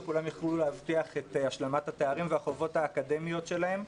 וכולם יוכלו להבטיח את השלמת התארים והחובות האקדמיים שלהם,